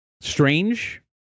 strange